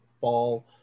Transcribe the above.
ball